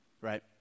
right